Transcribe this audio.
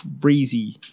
crazy